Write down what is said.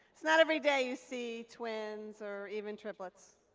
it's not every day you see twins or even triplets.